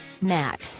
Mac